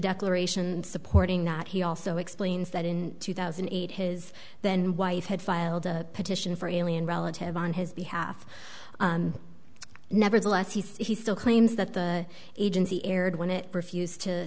declaration supporting not he also explains that in two thousand and eight his then wife had filed a petition for alien relative on his behalf nevertheless he still claims that the agency erred when it refused to